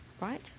right